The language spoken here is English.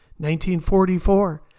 1944